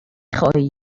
خواهی